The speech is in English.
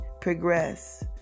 progress